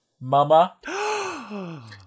Mama